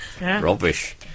Rubbish